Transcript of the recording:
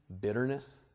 bitterness